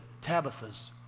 Tabitha's